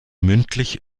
mündlich